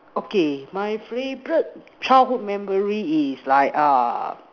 okay my favourite childhood memory is like uh